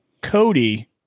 Cody